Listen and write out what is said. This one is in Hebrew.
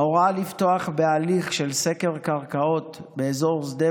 ההוראה לפתוח בהליך של סקר קרקעות באזור שדה